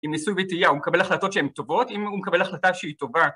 עם ניסוי וטעייה הוא מקבל החלטות שהן טובות, אם הוא מקבל החלטה שהיא טובה